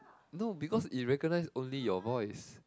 no because it recognise only your voice